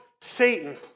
Satan